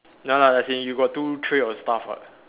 ya lah as in you got two tray of stuff [what]